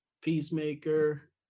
Peacemaker